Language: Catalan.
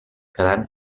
quedant